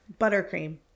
Buttercream